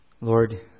Lord